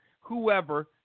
whoever